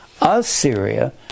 Assyria